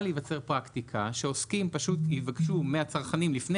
להיווצר פרקטיקה שעוסקים פשוט יבקשו מהצרכנים לפני